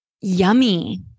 yummy